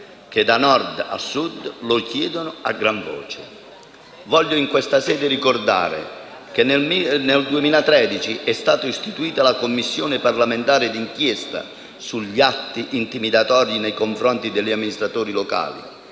che da Nord a Sud lo chiedono a gran voce. Voglio in questa sede ricordare che nel 2013 è stata istituita la Commissione parlamentare di inchiesta sugli atti intimidatori nei confronti degli amministratori locali.